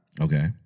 Okay